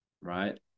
right